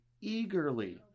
eagerly